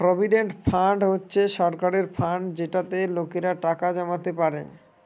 provident fund হচ্ছে সরকারের fund যেটাতে লোকেরা টাকা জমাতে পারে